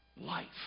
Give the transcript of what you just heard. life